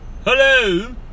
Hello